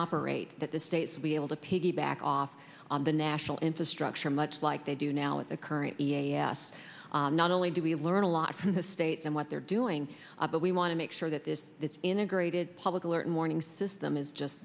operating that the states be able to piggyback off on the national infrastructure much like they do now with the current e a s not only do we learn a lot from the states and what they're doing but we want to make sure that this is integrated public alert and warning system is just